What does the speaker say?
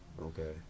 Okay